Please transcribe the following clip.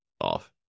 off